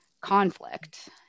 conflict